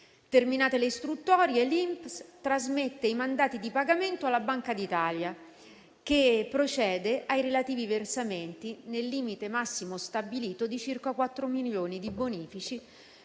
Terminate le istruttorie, l'INPS trasmette i mandati di pagamento alla Banca d'Italia, che procede ai relativi versamenti nel limite massimo stabilito di circa 4 milioni di bonifici